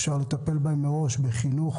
אפשר לטפל בהן מראש בחינוך,